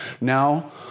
Now